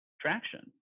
traction